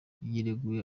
yireguye